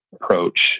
approach